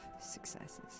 successes